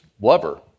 lover